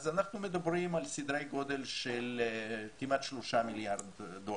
אז אנחנו מדברים על סדרי גודל של כמעט 3 מיליארד דולר,